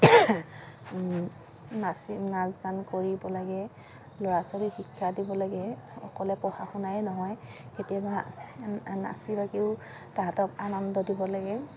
নাচি নাচ গান কৰিব লাগে ল'ৰা ছোৱালীক শিক্ষা দিব লাগে অকলে পঢ়া শুনাই নহয় কেতিয়াবা নাচি বাগিও তাহাঁতক আনন্দ দিব লাগে